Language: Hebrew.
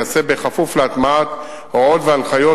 תיעשה בכפוף להטמעת הוראות והנחיות,